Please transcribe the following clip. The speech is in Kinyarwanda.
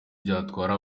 byatwara